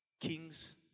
kings